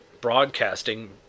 Broadcasting